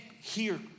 hear